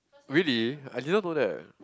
really I didn't know that